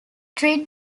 treat